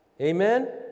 Amen